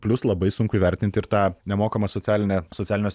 plius labai sunku įvertinti ir tą nemokamą socialinę socialiniuose